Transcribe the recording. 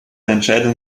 entscheidungen